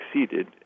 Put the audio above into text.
succeeded